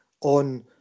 on